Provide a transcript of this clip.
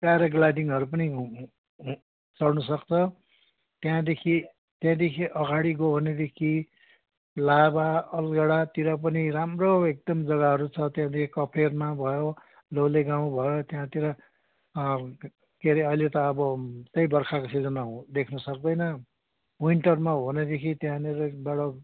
पेराग्लाइडिङहरू पनि हुँ हुँ चढ्नसक्छ त्यहाँदेखि त्यहाँदेखि अगाडि गयो भनेदेखि लाभा अलगडातिर पनि राम्रो एकदम जग्गाहरू छ त्यहाँदेखि कफेरमा भयो लोलेगाउँ भयो त्यहाँतिर के अरे अहिले त अब त्यही बर्खाको सिजनमा देख्न सक्दैन विन्टरमा हो भनेदेेखि त्यहाँनिरबाट